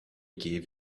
gave